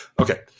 okay